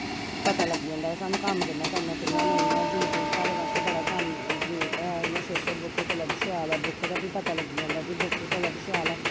पता लगी जंदा सानू कम्म कियां करना कियां नेई ऐ यूट्यूव साढ़े बास्ते बड़ा कम्म जरुरत ऐ इयां सोशल बुक कोला बी शैल बुक दा बी पता लग्गी जंदा कि बुक कोला बी शैल ऐ